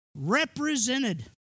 represented